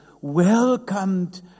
Welcomed